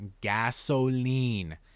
Gasoline